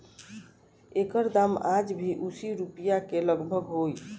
एकर दाम आज भी असी रुपिया के लगभग होई